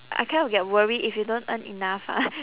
I kind of get worried if you don't earn enough ah